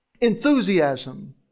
enthusiasm